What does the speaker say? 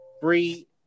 free